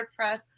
WordPress